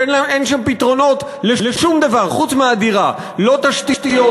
שאין בהן פתרונות לשום דבר חוץ מהדירה: לא תשתיות,